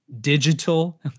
digital